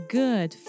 good